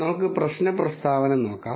നമുക്ക് പ്രശ്ന പ്രസ്താവന നോക്കാം